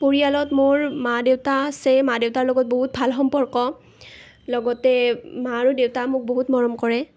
পৰিয়ালত মোৰ মা দেউতা আছে এই মা দেউতাৰ লগত বহুত ভাল সম্পৰ্ক লগতে মা আৰু দেউতাই মোক বহুত মৰম কৰে